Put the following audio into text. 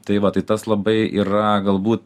tai vat tai tas labai yra galbūt